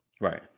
right